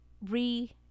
re